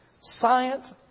Science